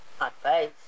Advice